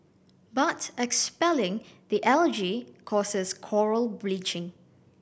but expelling the algae causes coral bleaching